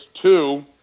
two